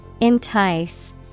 Entice